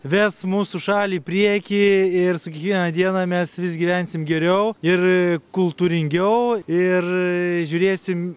ves mūsų šalį į priekį ir su kiekviena diena mes vis gyvensim geriau ir kultūringiau ir žiūrėsim